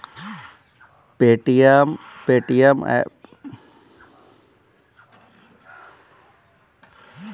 Paytm app से तू सामान खरीदला के काम भी कर सकेला